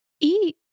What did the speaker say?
eat